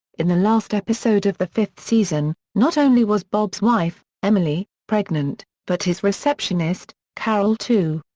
in the last episode of the fifth season, not only was bob's wife, emily, pregnant, but his receptionist, carol, too.